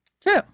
True